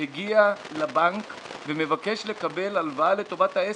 הגיע לבנק ומבקש לקבל הלוואה לטובת העסק.